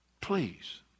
Please